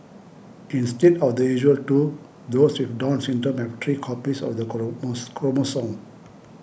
instead of the usual two those with Down Syndrome have three copies of the colon most chromosome